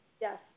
Yes